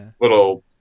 little